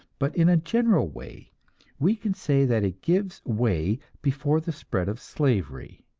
but in a general way we can say that it gives way before the spread of slavery.